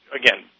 again